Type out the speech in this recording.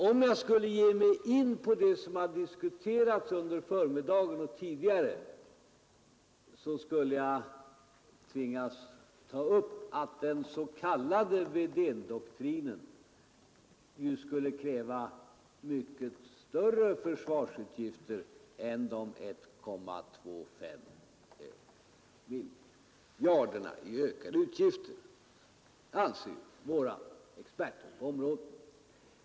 Om jag skulle ge mig in på det som diskuterats under förmiddagen och tidigare, skulle jag tvingas ta upp att den s.k. Wedéndoktrinen skulle kräva mycket större ökning av försvarsutgifterna än de 1,25 miljarderna. Det anser våra experter på området.